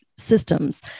systems